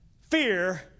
fear